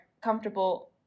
comfortable